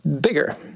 bigger